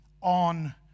on